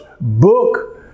book